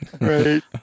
Right